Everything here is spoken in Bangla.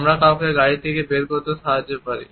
আমরা কাউকে গাড়ি থেকে বের করতে সাহায্য করতে পারি